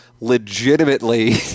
legitimately